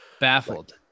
baffled